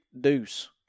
Deuce